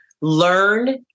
learn